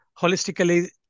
holistically